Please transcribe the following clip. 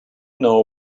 know